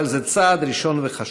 אבל זה צעד ראשון וחשוב.